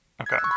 Okay